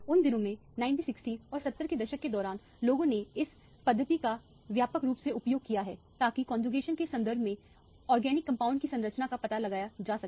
उन दिनों में 1960 और 70 के दशक के दौरान लोगों ने इस पद्धति का व्यापक रूप से उपयोग किया है ताकि कौनजुकेशन के संदर्भ में कार्बनिक कंपाउंड की संरचना का पता लगाया जा सके